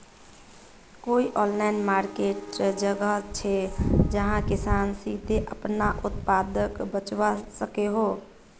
कोई online market जगह छे जहाँ किसान सीधे अपना उत्पाद बचवा सको हो?